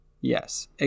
yes